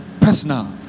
Personal